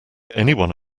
anyone